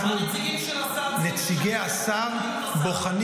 הנציגים של השר --- נציגי השר בוחנים